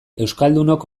euskaldunok